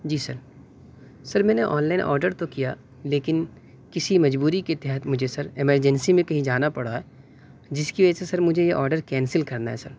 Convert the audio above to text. جی sir sir میں نے online order تو کیا لیکن کسی مجبوری کے تحت مجھے سر ایمرجنسی میں کہیں جانا پڑا جس کی وجہ سے سر مجھے یہ آڈر کینسل کرنا ہے سر